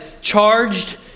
charged